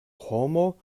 homo